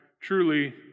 truly